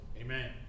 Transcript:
Amen